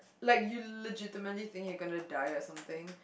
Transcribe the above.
like you legitimately think you're gonna die or something